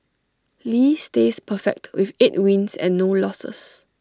lee stays perfect with eight wins and no losses